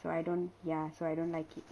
so I don't ya so I don't like it